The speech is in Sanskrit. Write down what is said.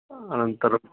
अनन्तरं